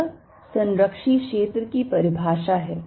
यह संरक्षी क्षेत्र की परिभाषा है